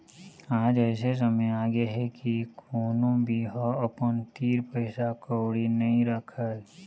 आज अइसे समे आगे हे के कोनो भी ह अपन तीर पइसा कउड़ी नइ राखय